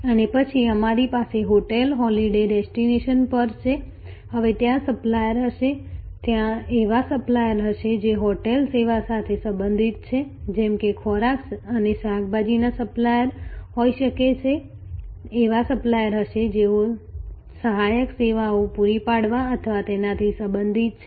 અને પછી અમારી પાસે હોટેલ હોલિડે ડેસ્ટિનેશન પર છે હવે ત્યાં સપ્લાયર્સ હશે ત્યાં એવા સપ્લાયર હશે જે હોટેલ સેવા સાથે સંબંધિત છે જેમ કે ખોરાક અને શાકભાજીના સપ્લાયર હોઈ શકે છે એવા સપ્લાયર્સ હશે જેઓ સહાયક સેવાઓ પૂરી પાડવા અથવા તેનાથી સંબંધિત છે